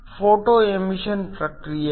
photoemission ಪ್ರಕ್ರಿಯೆ